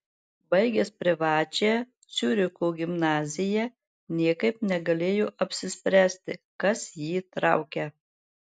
baigęs privačią ciuricho gimnaziją niekaip negalėjo apsispręsti kas jį traukia